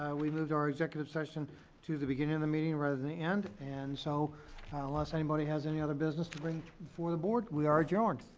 we moved our executive session to the beginning of the meeting rather than the end and so unless anybody has any other business to bring before the board we are adjourned.